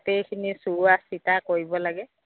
গোটেইখিনি চোৱা চিতা কৰিব লাগে